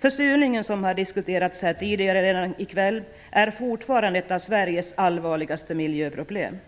Försurningen, som diskuterats tidigare i kväll, är fortfarande ett av Sveriges allvarligaste miljöproblem.